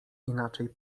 inaczej